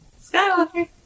Skywalker